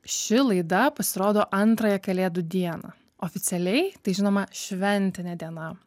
ši laida pasirodo antrąją kalėdų dieną oficialiai tai žinoma šventinė diena